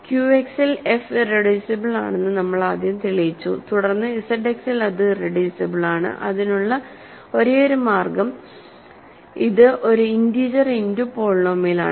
ക്യുഎക്സിൽ F irreducible ആണെന്ന് നമ്മൾ ആദ്യം തെളിയിച്ചു തുടർന്ന് ഇസഡ് എക്സിൽ അത് ഇറെഡ്യൂസിബിൾ ആണ് അതിനുള്ള ഒരേയൊരു മാർഗ്ഗം അത് ഒരു ഇന്റീജർ ഇന്റു പോളിനോമിയൽ ആണ്